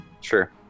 Sure